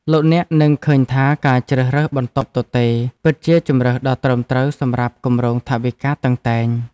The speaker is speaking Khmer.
លោកអ្នកនឹងឃើញថាការជ្រើសរើសបន្ទប់ទទេរពិតជាជម្រើសដ៏ត្រឹមត្រូវសម្រាប់គម្រោងថវិកាតឹងតែង។